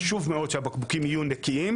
חשוב מאוד שהבקבוקים יהיו נקיים,